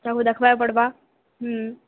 ସବୁ ଦେଖବାକେ ପଡ଼ବା